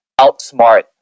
outsmart